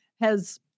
has-